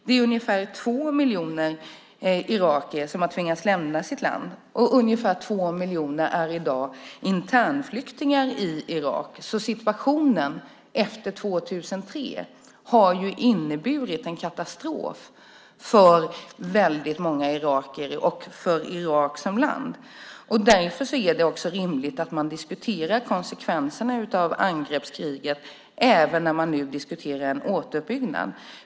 Det är ungefär två miljoner irakier som har tvingats lämna sitt land, och ungefär två miljoner är internflyktingar i Irak. Situationen efter 2003 har inneburit en katastrof för väldigt många irakier och för Irak som land. Därför är det rimligt att diskutera konsekvenserna av angreppskriget även när man nu diskuterar återbyggnad.